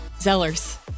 Zeller's